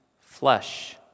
flesh